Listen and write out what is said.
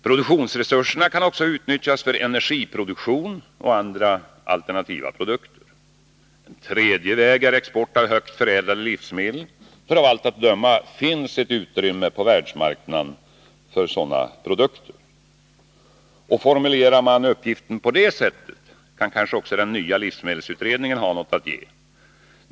Produktionsresurserna kan också utnyttjas för energiproduktion och andra alternativa produkter. En tredje väg är export av högt förädlade livsmedel. Av allt att döma finns ett utrymme på världsmarknaden för sådana produkter. Formulerar man uppgiften på det sättet, kan kanske också den nya livsmedelsutredningen ha något att ge.